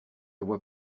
voix